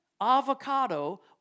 avocado